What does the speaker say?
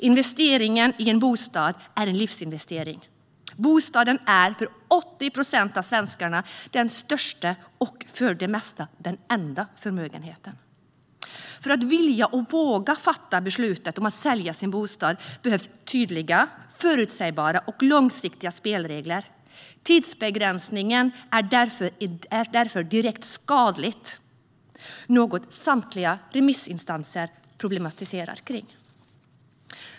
Investeringen i en bostad är en livsinvestering. Bostaden är för 80 procent av svenskarna den största, och för det mesta den enda, förmögenheten. För att vilja och våga fatta beslutet om att sälja sin bostad behövs tydliga, förutsägbara och långsiktiga spelregler. Tidsbegränsningen är därför direkt skadlig, och samtliga remissinstanser anser också att detta är ett problem.